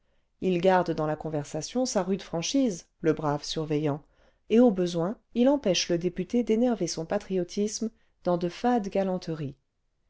r garde dans la conversation sa rude franchise le brave surveillant et au besoin il empêche le député d'énerver son patriotisme dans de fades galanteries